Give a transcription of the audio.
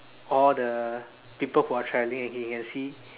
all the people who are travelling and he can see